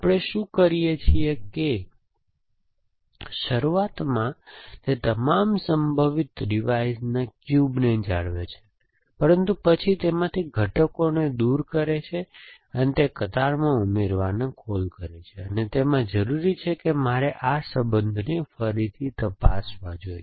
આપણે શું કરીએ છીએ કે શરૂઆતમાં તે તમામ સંભવિત રિવાઇઝના ક્યુબને જાળવે છે પરંતુ પછી તેમાંથી ઘટકોને દૂર કરે છે અને તે કતારમાં ઉમેરવાનો કોલ કરે છે અને તેમાં જરૂરી છે કે મારે આ સંબંધને ફરીથી તપાસવા જોઈએ